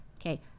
Okay